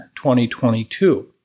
2022